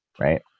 right